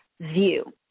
view